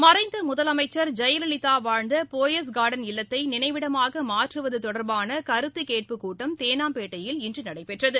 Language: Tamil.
மறைந்த முதலமைச்சா் ஜெயலலிதா வாழ்ந்த போயஸ் கார்டன் இல்லத்தை நினைவிடமாக மாற்றுவது தொடர்பான கருத்துக் கேட்புக் கூட்டம் தேனாம்பேட்டையில் இன்று நடைபெற்றது